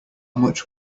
much